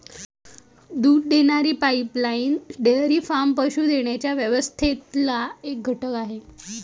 दूध देणारी pipeline dairy farm पशू देण्याच्या व्यवस्थेतला एक घटक हा